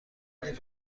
دامنی